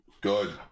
Good